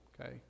okay